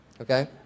okay